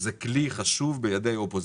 זה כלי חשוב בידי האופוזיציה,